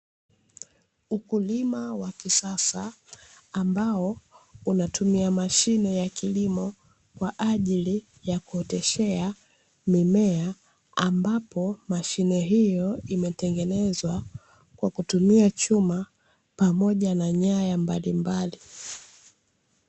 Ukulima wa kisasa ambao unatumia mashine ya kilimo kwa ajili ya kuoteshea mimea, ambapo mashine hiyo imetengenezwa kwa kutumia chuma pamoja na nyaya mbalimbali.